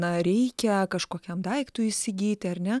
na reikia kažkokiam daiktui įsigyti ar ne